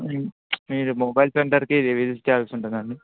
మీరు మొబైల్ సెంటర్కి విసిట్ చేయాల్సి ఉంటుంది అండి